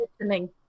listening